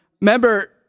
remember